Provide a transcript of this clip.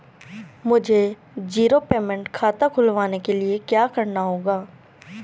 मुझे zero payment खाता खुलवाने के लिए क्या करना होगा?